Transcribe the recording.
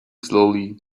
slowly